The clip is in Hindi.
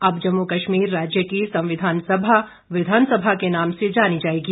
अब जम्मू कश्मीर राज्य की संविधान सभा विधान सभा के नाम से जानी जायेगी